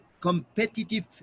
competitive